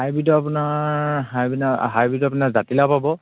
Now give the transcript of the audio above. হাইব্ৰীডত আপোনাৰ হাইব্ৰীড হাইব্ৰ্ৰীডত আপোনাৰ জাতিলাও পাব